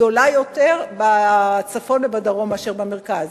יש יותר בצפון ובדרום מאשר במרכז.